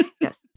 Yes